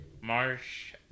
Marsh